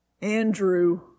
Andrew